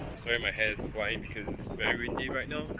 sorry my hair is flying because it's very windy right now.